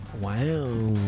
wow